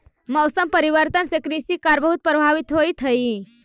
मौसम परिवर्तन से कृषि कार्य बहुत प्रभावित होइत हई